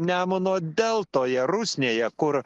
nemuno deltoje rusnėje kur